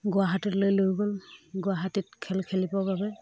গুৱাহাটীলৈ লৈ গ'ল গুৱাহাটীত খেল খেলিবৰ বাবে